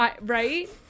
right